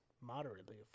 moderately